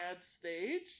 Stage